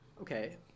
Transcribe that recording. okay